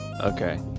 Okay